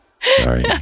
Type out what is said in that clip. Sorry